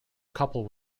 couple